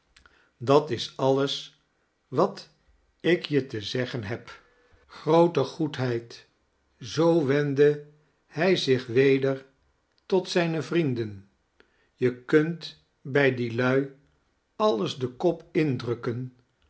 dat is alles wat ik je te zeggen heb groote goedheid zoo wendde hij zich weder tot zijne vrienden je kunt bij die lui alles den kop indrukken